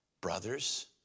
Brothers